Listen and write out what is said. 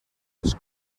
les